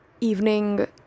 evening